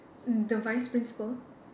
the vice principal